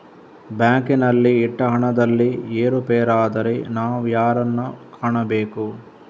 ಬ್ಯಾಂಕಿನಲ್ಲಿ ಇಟ್ಟ ಹಣದಲ್ಲಿ ಏರುಪೇರಾದರೆ ನಾವು ಯಾರನ್ನು ಕಾಣಬೇಕು?